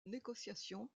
négociations